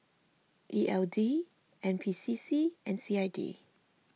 E L D N P C C and C I D